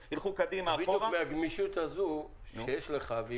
בדיוק מהגמישות הזאת שיש לך כראש רשות,